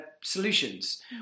solutions